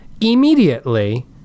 immediately